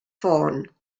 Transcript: ffôn